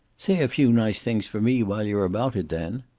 say a few nice things for me, while you're about it, then.